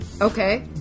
Okay